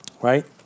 Right